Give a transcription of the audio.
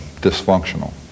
dysfunctional